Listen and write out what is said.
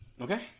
Okay